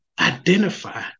identify